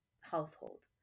household